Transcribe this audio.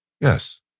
Yes